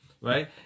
right